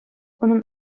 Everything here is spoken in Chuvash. унӑн